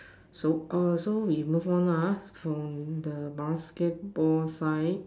so uh so we move on lah ah from the basketball sign